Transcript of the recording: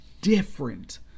different